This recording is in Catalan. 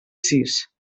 sis